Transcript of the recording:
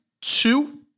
two